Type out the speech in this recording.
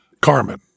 Carmen